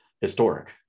historic